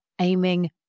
aiming